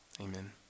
Amen